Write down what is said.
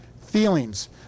Feelings